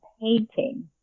painting